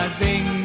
sing